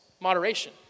moderation